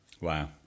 Wow